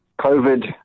COVID